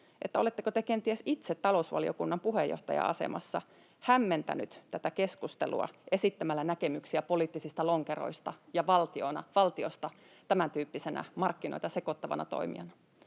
kysyä: Oletteko te kenties itse talousvaliokunnan puheenjohtajan asemassa hämmentänyt tätä keskustelua esittämällä näkemyksiä poliittisista lonkeroista ja valtiosta tämäntyyppisenä markkinoita sekoittavana toimijana?